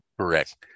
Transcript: Correct